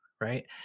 right